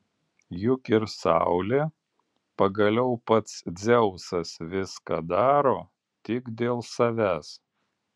juk ir saulė pagaliau pats dzeusas viską daro tik dėl savęs